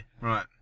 right